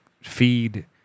feed